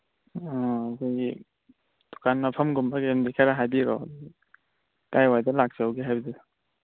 ꯑꯣ ꯑꯩꯈꯣꯏꯒꯤ ꯗꯨꯀꯥꯟ ꯃꯐꯝꯒꯨꯝꯕ ꯀꯩꯒꯨꯝꯕꯗꯤ ꯈꯔ ꯍꯥꯏꯕꯤꯔꯛꯑꯣ ꯀꯗꯥꯏ ꯋꯥꯏꯗ ꯂꯥꯛꯆꯧꯒꯦ ꯍꯥꯏꯕꯗꯨ